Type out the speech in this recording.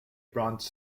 bronze